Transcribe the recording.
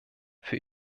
für